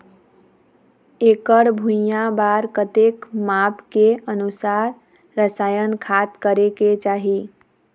एकड़ भुइयां बार कतेक माप के अनुसार रसायन खाद करें के चाही?